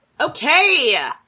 Okay